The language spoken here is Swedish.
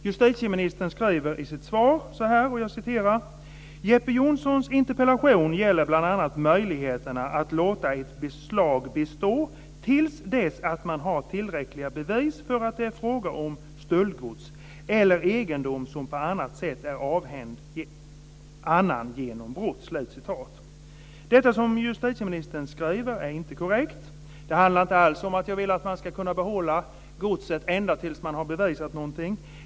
Justitieministern skriver i sitt svar: "Jeppe Johnssons interpellation gäller bl.a. möjligheterna att låta ett beslag bestå till dess att man har tillräckliga bevis för att det är fråga om stöldgods eller egendom som på annat sätt är avhänd annan genom brott." Det som justitieministern skriver är inte korrekt. Det handlar inte om att jag vill att man ska kunna behålla godset ända tills man har beviset någonting.